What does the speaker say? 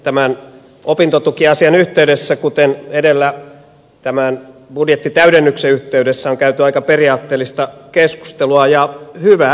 tämän opintotukiasian yhteydessä kuten edellä tämän budjettitäydennyksen yhteydessä on käyty aika periaatteellista keskustelua ja hyvä niin